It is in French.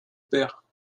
père